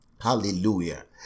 hallelujah